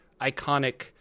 iconic